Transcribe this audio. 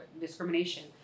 discrimination